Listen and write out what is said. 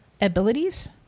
abilities